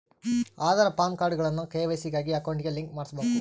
ಆದಾರ್, ಪಾನ್ಕಾರ್ಡ್ಗುಳ್ನ ಕೆ.ವೈ.ಸಿ ಗಾಗಿ ಅಕೌಂಟ್ಗೆ ಲಿಂಕ್ ಮಾಡುಸ್ಬಕು